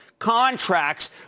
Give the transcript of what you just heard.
Contracts